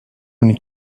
many